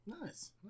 Nice